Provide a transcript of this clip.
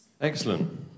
Excellent